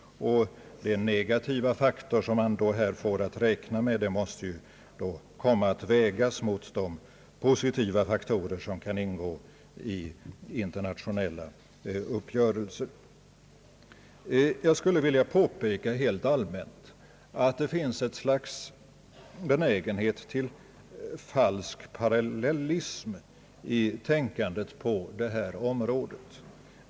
Den negativa faktor som man här får räkna med måste då vägas mot de positiva faktorer som kan ingå i internationella uppgörelser. Helt allmänt skulle jag vilja påpeka att det finns ett slags benägenhet till falsk parallellism i tänkandet på detta område.